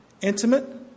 intimate